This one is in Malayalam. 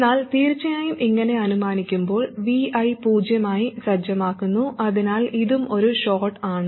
എന്നാൽ തീർച്ചയായും ഇങ്ങനെ അനുമാനിക്കുമ്പോൾ Vi പൂജ്യമായി സജ്ജമാക്കുന്നു അതിനാൽ ഇതും ഒരു ഷോർട്ട് ആണ്